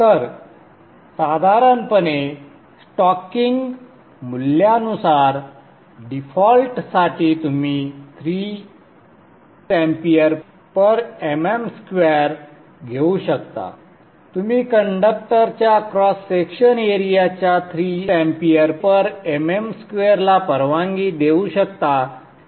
तर साधारणपणे स्टॉकिंग मूल्यानुसार डिफॉल्ट साठी तुम्ही 3Amm2 घेऊ शकता तुम्ही कंडक्टरच्या क्रॉस सेक्शन एरियाच्या 3Amm2 ला परवानगी देऊ शकता